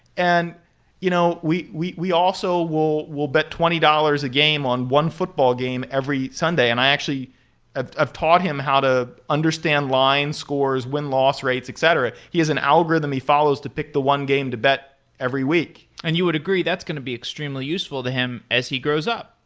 and you know we we we also will will bet twenty dollars a game on one football game every sunday, and i actually ah have taught him how to understand lines, scores, win-loss rates, etc. he has an algorithm he follows to pick the one game to bet every week. and you would agree, that's going to be extremely useful to him as he grows up.